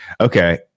Okay